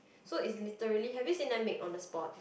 so is literally have you seen them make on the spot